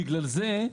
מיכאל, בגלל זה,